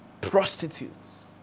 prostitutes